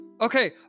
Okay